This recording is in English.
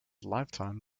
lifetime